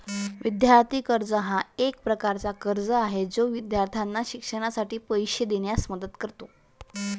विद्यार्थी कर्ज हा एक प्रकारचा कर्ज आहे जो विद्यार्थ्यांना शिक्षणासाठी पैसे देण्यास मदत करतो